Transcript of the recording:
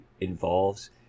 involves